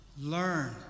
learn